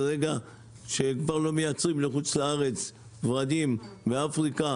וברגע שכבר לא מייצאים לחוץ לארץ ורדים, באפריקה